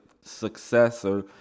successor